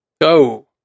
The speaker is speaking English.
go